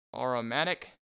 Aromatic